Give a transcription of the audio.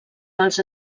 dels